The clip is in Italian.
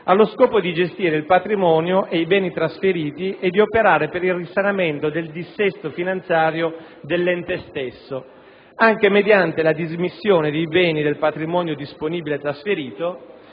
allo scopo di gestire il patrimonio e i beni trasferiti e di operare per il risanamento del dissesto finanziario dell'ente stesso, anche mediante la dismissione dei beni del patrimonio disponibile trasferito,